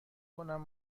کنم